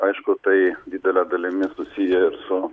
aišku tai didele dalimi susiję ir su